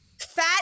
fat